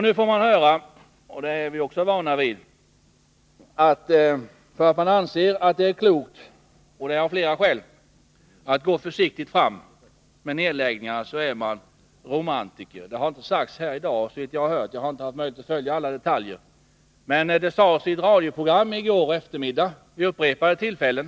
Nu får man höra — och det är vi också vana vid — att för att man anser att det av flera skäl är klokt att gå försiktigt fram med nedläggningarna så är man romantiker. Det har inte sagts här i dag såvitt jag har hört — jag har inte haft möjlighet att följa alla detaljer. Men det sades i ett radioprogram i går eftermiddag vid upprepade tillfällen.